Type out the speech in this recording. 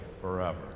forever